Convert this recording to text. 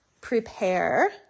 prepare